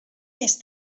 més